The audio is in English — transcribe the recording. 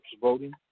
voting